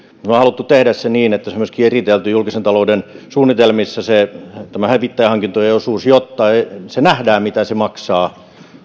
me olemme halunneet tehdä sen niin että myöskin julkisen talouden suunnitelmissa on eritelty tämä hävittäjähankintojen osuus jotta nähdään mitä se maksaa